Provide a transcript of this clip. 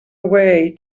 way